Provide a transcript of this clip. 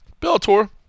Bellator